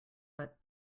but